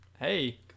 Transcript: hey